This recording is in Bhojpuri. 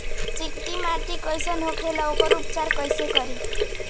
चिकटि माटी कई सन होखे ला वोकर उपचार कई से करी?